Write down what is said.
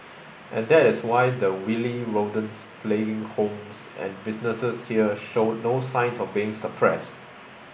and that is why the wily rodents plaguing homes and businesses here show no signs of being suppressed